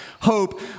hope